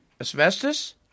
Asbestos